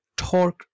torque